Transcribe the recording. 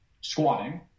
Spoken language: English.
squatting